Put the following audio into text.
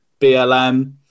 BLM